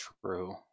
True